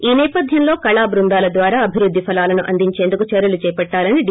ఈ సేపధ్వంలో కళా బృందాల ద్వారా అభివృద్ది ఫలాలను అందించేందుకు చర్యలు చేపట్టాలని డి